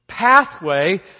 Pathway